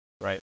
right